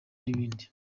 n’ibindi